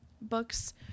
books